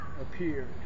appeared